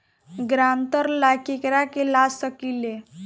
ग्रांतर ला केकरा के ला सकी ले?